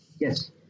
Yes